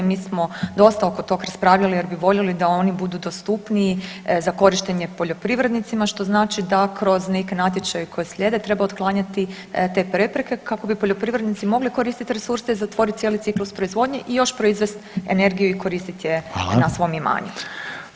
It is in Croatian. Mi smo dosta oko tog raspravljali jer bi voljeli da oni budu dostupniji za korištenje poljoprivrednicima što znači da kroz neke natječaje koji slijede treba otklanjati te prepreke kako bi poljoprivrednici mogli koristiti resurse i zatvoriti cijeli ciklus proizvodnje i još proizvest energiju i koristit je na svom imanju.